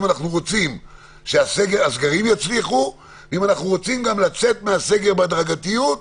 אם אנחנו רוצים שהסגרים יצליחו ואם אנחנו רוצים לצאת מהסגר בהדרגתיות,